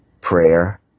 prayer